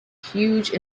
huge